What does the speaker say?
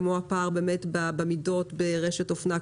כמו הפער במידות ברשת אופנה,